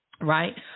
right